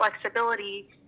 flexibility